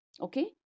okay